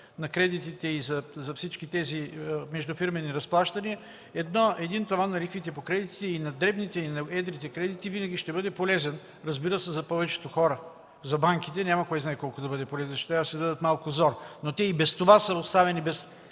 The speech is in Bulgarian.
на кредитите и за всички тези междуфирмени разплащания – един таван на лихвите по кредитите, и на дребните, и на едрите кредити, винаги ще бъде полезен, разбира се, за повечето хора. За банките няма кой знае колко да бъде полезен – ще трябва да си дадат малко зор, но те и без това са оставени